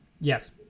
Yes